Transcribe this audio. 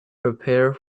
prepare